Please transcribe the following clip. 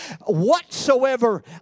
whatsoever